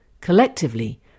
Collectively